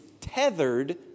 tethered